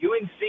UNC